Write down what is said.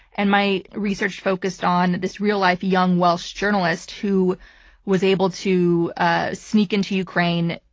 and my research focused on this real life, young welsh journalist who was able to ah sneak into ukraine,